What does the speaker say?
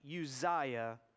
Uzziah